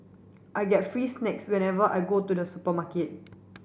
I get free snacks whenever I go to the supermarket